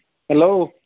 hello